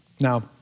Now